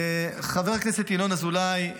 חבר הכנסת ינון אזולאי,